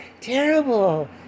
Terrible